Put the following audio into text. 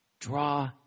draw